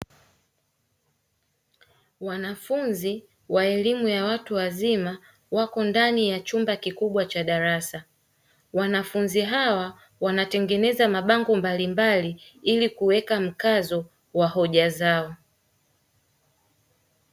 Wanafunzi wa elimu ya watu wazima, wako ndani ya chumba kikubwa cha darasa. Wanafunzi hawa wanatengeneza mabango mbalimbali, ili kuweka mkazo wa hoja zao.